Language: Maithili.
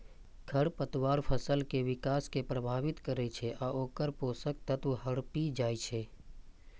खरपतवार फसल के विकास कें प्रभावित करै छै आ ओकर पोषक तत्व हड़पि जाइ छै